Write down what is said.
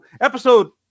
Episode